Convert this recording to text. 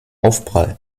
aufprall